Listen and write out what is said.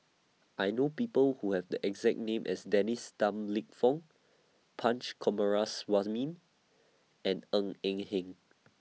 I know People Who Have The exact name as Dennis Tan Lip Fong Punch and Ng Eng Hen